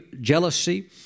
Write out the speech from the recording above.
jealousy